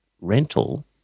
rental